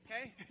Okay